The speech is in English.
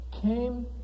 came